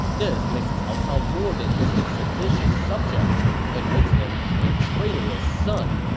this makes cao cao more than just a seditious subject it makes him a traitorous son.